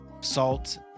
salt